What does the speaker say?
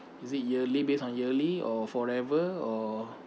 is it yearly based on yearly or forever or